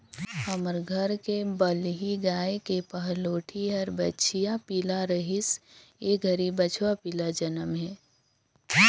हमर घर के बलही गाय के पहलोठि हर बछिया पिला रहिस ए घरी बछवा पिला जनम हे